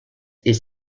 est